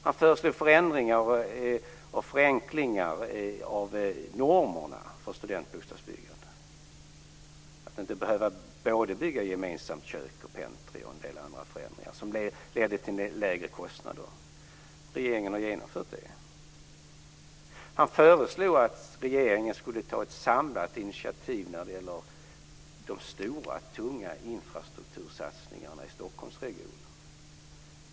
Han förslog förändringar och förenklingar av normerna för studentbostadsbyggande. Man skulle t.ex. inte behöva bygga både kök och gemensamt pentry. Det ledde till lägre kostnader. Detta har regeringen genomfört. Han föreslog att regeringen skulle ta ett samlat initiativ när det gäller de stora, tunga infrastruktursatsningarna i Stockholmsregionen.